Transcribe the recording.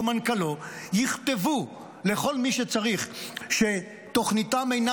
מנכ"לו יכתבו לכל מי שצריך שתוכניתם אינה